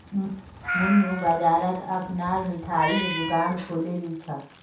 मन्नू बाजारत अपनार मिठाईर दुकान खोलील छ